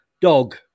dog